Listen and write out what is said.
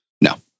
No